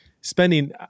spending